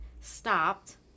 Stopped